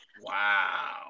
Wow